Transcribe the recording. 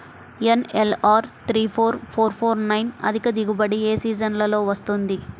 NLR three four four four nine అధిక దిగుబడి ఏ సీజన్లలో వస్తుంది?